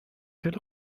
خیلی